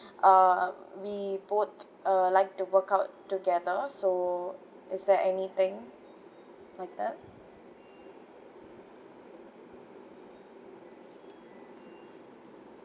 uh we both uh like to workout together so is there anything like that